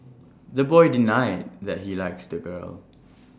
the boy denied that he likes the girl